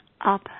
up